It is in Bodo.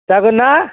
जागोन ना